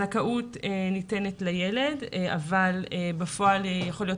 הזכאות ניתנת לילד אבל בפועל יכול להיות